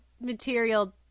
material